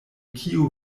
kio